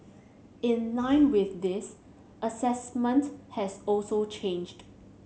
in line with this assessment has also changed